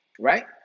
right